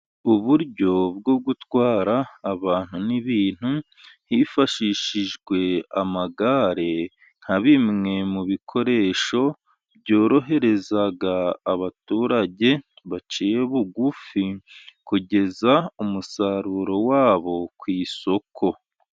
Uburyo bwo gutwara abantu n'ibintu, hifashishijwe amagare nka bimwe mu bikoresho byorohereza abaturage baciye bugufi, kugeza umusaruro wabo ku isoko.